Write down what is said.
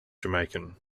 jamaican